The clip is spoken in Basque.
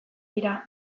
dira